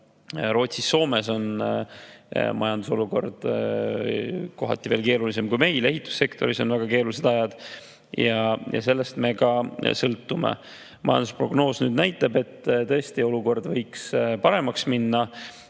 Rootsis-Soomes on majandusolukord kohati veel keerulisem kui meil, ehitussektoris on väga keerulised ajad ja sellest me ka sõltume. Majandusprognoos näitab nüüd, et olukord võiks tõesti paremaks minna,